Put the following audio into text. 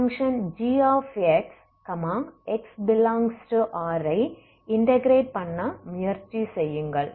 function gx x∈R ஐ integrate பண்ண முயற்சி செய்யுங்கள்